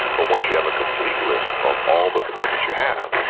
but once you have a complete list of all the commitments you have,